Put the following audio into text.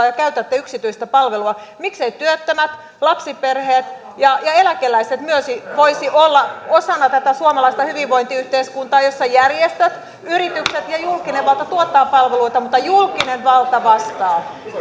ja käytätte yksityistä palvelua mikseivät myös työttömät lapsiperheet ja ja eläkeläiset voisi olla osana tätä suomalaista hyvinvointiyhteiskuntaa jossa järjestöt yritykset ja julkinen valta tuottavat palveluita mutta julkinen valta vastaa